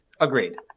Agreed